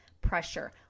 pressure